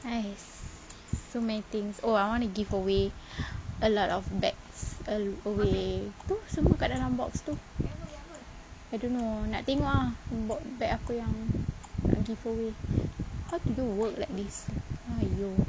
!hais! so many things oh I want to give away a lot of bags away those tu semua kat dalam box tu I don't know nak tengok ah bag aku yang nak giveaway how to do work like this !haiyo!